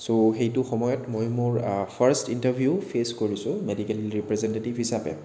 চ' সেইটো সময়ত মই মোৰ ফাৰ্ষ্ট ইণ্টাৰভিউ ফে'চ কৰিছোঁ মেডিকেল ৰিপ্ৰেজেনটেটিভ হিচাপে